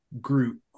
group